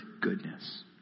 goodness